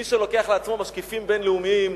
מי שלוקח לעצמו משקיפים בין-לאומיים,